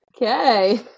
okay